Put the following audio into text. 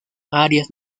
arias